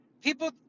People